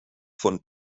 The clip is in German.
von